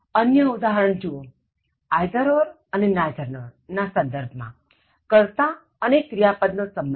અન્ય ઉદાહરણ જુવો either or અને neither nor ના સંદર્ભમાં કર્તા અને ક્રિયાપદ નો સંબંધ